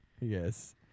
Yes